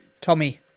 Tommy